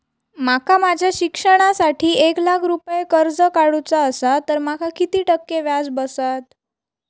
माका माझ्या शिक्षणासाठी एक लाख रुपये कर्ज काढू चा असा तर माका किती टक्के व्याज बसात?